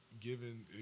Given